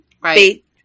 Right